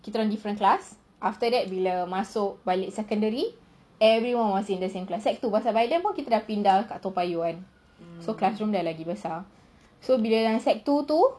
kita orang different class after that bila masuk balik secondary everyone was in the same class secondary two pasal by then pun kita dah pindah dekat toa payoh kan so classroom dah lagi besar so bila yang secondary two tu